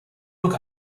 look